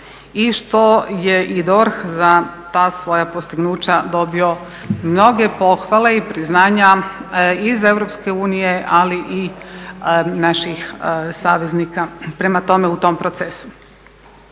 i što je i DORH za ta svoja postignuća dobio mnoge pohvale i priznanja iz EU ali i naših saveznika u tom procesu.